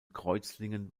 kreuzlingen